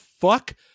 fuck